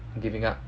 giving up